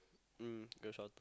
mm Grab-Shuttle